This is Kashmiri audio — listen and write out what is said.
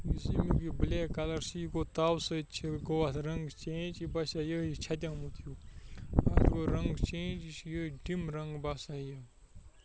یُس ییٚمیُٚک یہِ بلیک کَلَر چھِ یہِ گوٚو تاپھٕ سۭتۍ چھِ گوٚو اَتھ رنٛگ چینٛج یہِ باسیو یِہٕے چھَتیومُت ہیوٗ اَتھ گوٚو رنٛگ چینٛج یہِ چھِ یِہٕے ڈِم رَنٛگ باسان یہِ